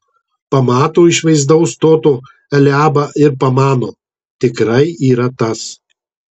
pamato išvaizdaus stoto eliabą ir pamano tikrai yra tas